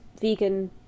vegan